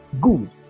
good